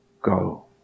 go